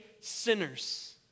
sinners